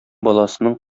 баласының